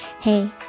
Hey